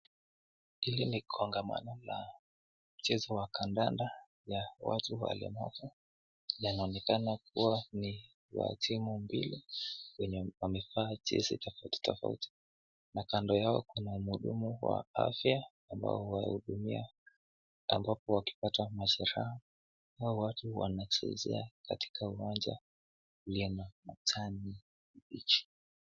Hili ni kongamano la mchezo wa kandanda ya watu walemavu yanaonekana kuwa ni ya timu mbili wenye wamevaa jezi tofauti tofauti na kando yao kuna mhudumu wa afya ambayo huwahudumia ambapo wakipata majeraha au watu wanachezea katika uwanja ulio na majani mabichi.